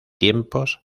tiempos